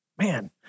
Man